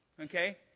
okay